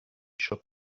should